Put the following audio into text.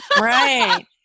Right